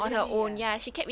really ah